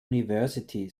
university